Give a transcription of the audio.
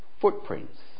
footprints